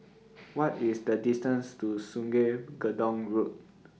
What IS The distance to Sungei Gedong Road